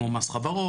כמו מס חברות,